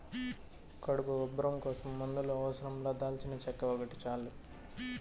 కడుపు ఉబ్బరం కోసం మందుల అవసరం లా దాల్చినచెక్క ఒకటి చాలు